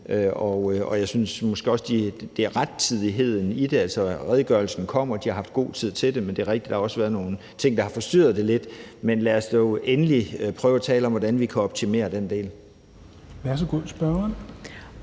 Jeg synes måske også, det er rettidigheden i det – altså, redegørelsen kommer, og de har haft god tid til det, men det er rigtigt, at der også har været nogle ting, der har forstyrret det lidt. Men lad os dog endelig prøve at tale om, hvordan vi kan optimere den del. Kl. 16:42 Fjerde